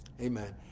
amen